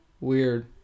Weird